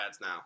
now